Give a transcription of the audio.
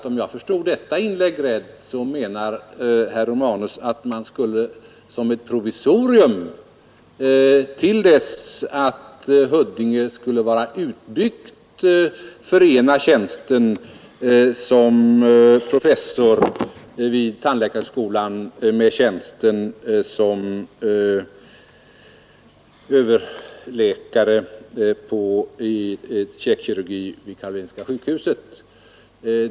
Om jag förstått det rätt menar han att man skulle som ett provisorium till dess att Huddinge är utbyggt förena tjänsten som professor vid tandläkarhögskolan med tjänsten som överläkare i käkkirurgi vid Karolinska sjukhuset.